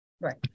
right